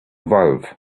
evolve